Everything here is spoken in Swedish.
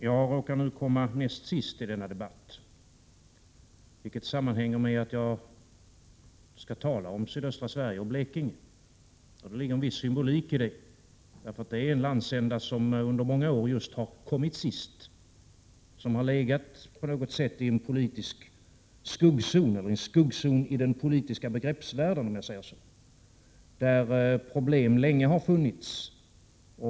Jag råkar nu komma näst sist i denna debatt, vilket sammanhänger med att jag skall tala om sydöstra Sverige och Blekinge. Det ligger en viss symbolik i detta, eftersom det rör sig om en landsända som under många år just har kommit sist, en landsända som på något sätt har utgjort en skuggzon i den politiska begreppsvärlden. Problem har länge funnits där.